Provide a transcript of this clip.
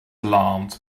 alarmed